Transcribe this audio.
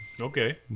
Okay